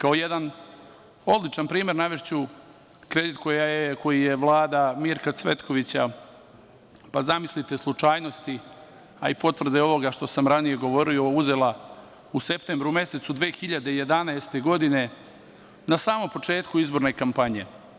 Kao jedan odličan primer navešću kredit koji je Vlada Mirka Cvetkovića, pa zamislite slučajnosti, a i potvrde ovoga što sam ranije govorio, uzela u septembru mesecu 2011. godine, na samom početku izborne kampanje.